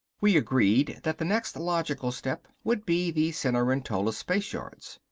we agreed that the next logical step would be the cenerentola spaceyards.